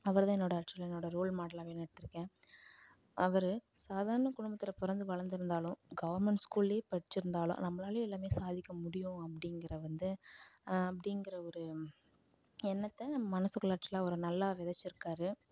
அவர் தான் என்னோடய ஆக்சுவலா என்னோடய ரோல் மாடலாகவே நான் எடுத்திருக்கேன் அவர் சாதாரண குடும்பத்தில் பிறந்து வளர்ந்துருந்தாலும் கவர்மெண்ட் ஸ்கூல்லிலே படித்திருந்தாலும் நம்பளாலையும் எல்லாமே சாதிக்க முடியும் அப்படிங்கிற வந்து அப்படிங்கிற ஒரு எண்ணத்தை நம் மனசுக்குள்ளே ஆக்சுவலாக அவர் நல்லா விதைச்சிருக்காரு